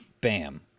Bam